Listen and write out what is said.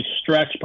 Stretch